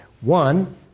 One